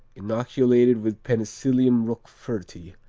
inoculated with penicillium roqueforti